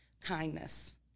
kindness